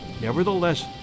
nevertheless